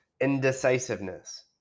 indecisiveness